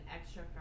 extra